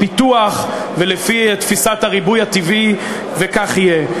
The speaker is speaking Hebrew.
ובפיתוח ולפי תפיסת הריבוי הטבעי, וכך יהיה.